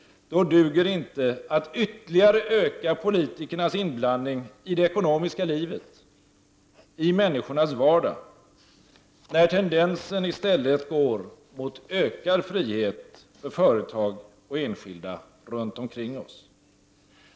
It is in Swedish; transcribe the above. Då duger det inte att ytterligare öka politikernas inblandning i det ekonomiska livet, i människornas vardag, när tendensen i stället går mot ökad frihet för företag och enskilda runt omkring oss.